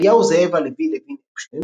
"אליהו זאב הלוי לוין-אפשטיין",